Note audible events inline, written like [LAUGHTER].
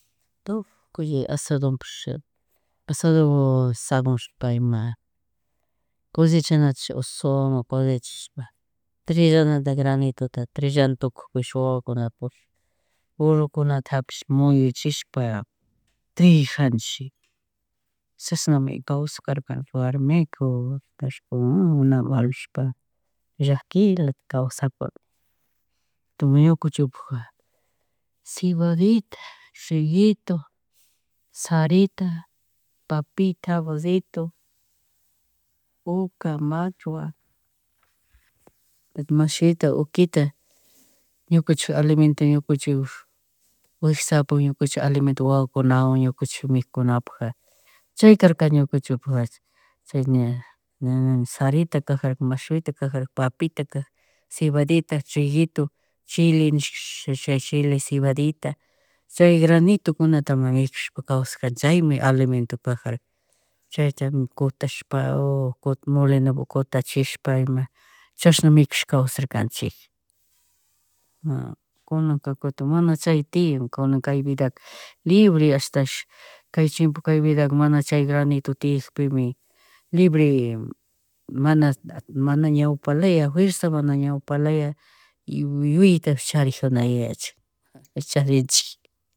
Tukuy chi asandopish [NOISE] ason [UNINTELLIGIBLE] pay ima [NOISE] collechana [NOISE] cosechashna trillanata granitura trillana tukupish wawakuna pushash, [NOISE] burrokunata hapish muyuchishpa trillajanchik, chashnami kawsajarkanchik warmiku [HESITATION] waktashpa [UNINTELLIGIBLE] kunan mana balishpa llakilata kasewsakuni. [NOISE] Ñukanchikpuja, cebadita, triguito, sarita, papita, habasllito, oca, mashuwa. Mashuita, oquita [NOISE] ñukanchik alimento, ñukanchik wiksapak ñukanchik alimento wawakunawan ñunakanchik minunapakjaka [NOISE] chay karka ñukanchikpa nachu, chay ña nini sarita kajarka, mashuita kajarka papitakajarka, [NOISE] cebadita, triguito, chili nishka [HESITATION] chay chili cebadita [NOISE] chay granitukunatama mikushpa kawsajarkanchik chaymi alimento kajarka, chaytami kutashpa o [HESITATION] molinopi kutashchishpa ima chasna mikushpa kawsarkanchika, ima kunanka kutin mana chay tiyan kuna kay vidaka [NOISE] libre ashta kay chipo kay vidaka mana chay granitu tiyakpimi. [NOISE] Libre mana [HESITATION] mana ñawpalaya fuerza mana ñawpalaya [NOISE] yuyatapish charijuna yuyachik, [LAUGHS] charinchik.